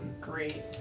great